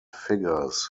figures